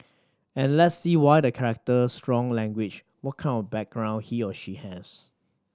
and let's see why the character strong language what kind of background he or she has